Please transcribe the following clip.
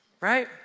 Right